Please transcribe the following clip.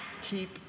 keep